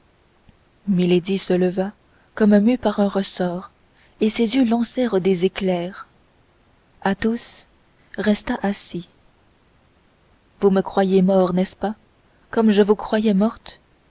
se leva comme mue par un ressort et ses yeux lancèrent des éclairs athos resta assis vous me croyiez mort n'est-ce pas comme je vous croyais morte